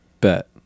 bet